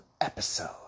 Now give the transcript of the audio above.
episode